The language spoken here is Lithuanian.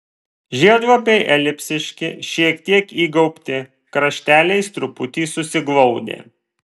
žiedlapiai elipsiški šiek tiek įgaubti krašteliais truputį susiglaudę